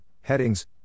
headings